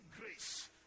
grace